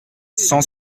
cent